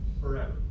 Forever